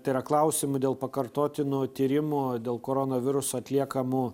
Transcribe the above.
tai yra klausimų dėl pakartotinų tyrimų dėl koronaviruso atliekamų